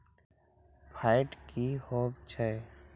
Fat की होवछै?